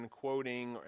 quoting